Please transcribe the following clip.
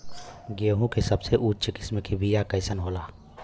गेहूँ के सबसे उच्च किस्म के बीया कैसन होला?